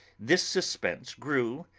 this suspense grew,